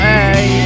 Hey